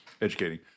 educating